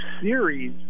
series